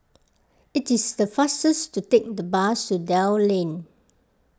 it is the fastest to take the bus to Dell Lane